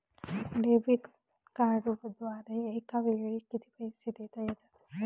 Debit कार्डद्वारे एकावेळी किती पैसे देता येतात?